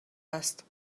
هست